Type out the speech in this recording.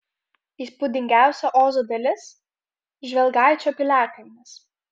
įspūdingiausia ozo dalis žvelgaičio piliakalnis